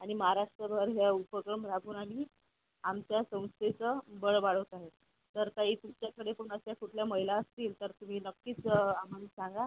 आणि महाराष्ट्रभर ह्या उपक्रम राबवण्यानी आमच्या संस्थेचं बळ वाढवत आहे तर ताई तुमच्याकडे पण असल्या कुठल्या महिला असतील तर तुम्ही नक्कीच आम्हाला सांगा